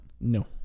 no